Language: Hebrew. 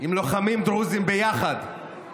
עם לוחמים דרוזים ביחד,